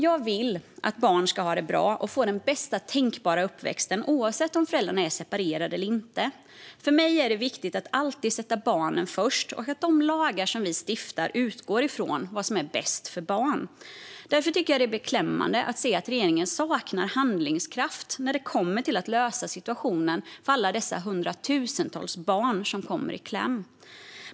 Jag vill att barn ska ha det bra och få bästa tänkbara uppväxt oavsett om föräldrarna är separerade eller inte. För mig är det viktigt att alltid sätta barnen först och att de lagar som vi stiftar utgår från vad som är bäst för barn. Därför tycker jag att det är beklämmande att se att regeringen saknar handlingskraft när det kommer till att lösa situationen för alla dessa hundratusentals barn som kommer i kläm.